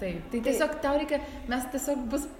tai tai tiesiog tau reikia mes tiesiog bus